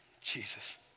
Jesus